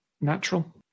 natural